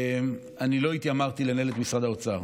אני לא התיימרתי לנהל את משרד האוצר.